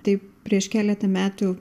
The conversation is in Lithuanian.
tai prieš keletą metų